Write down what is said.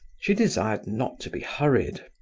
she desired not to be hurried.